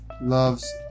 loves